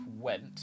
went